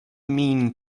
mean